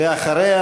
ואחריה,